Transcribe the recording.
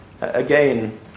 Again